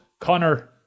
Connor